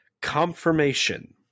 confirmation